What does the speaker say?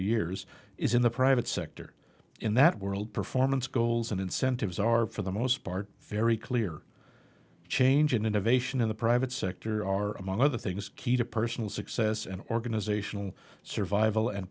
years is in the private sector in that world performance goals and incentives are for the most part very clear change and innovation in the private sector are among other things key to personal success and organizational survival and